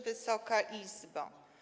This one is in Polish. Wysoka Izbo!